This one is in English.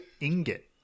ingot